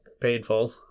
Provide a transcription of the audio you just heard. painful